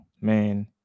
man